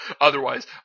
Otherwise